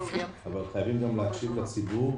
אבל חייבים גם להקשיב לציבור,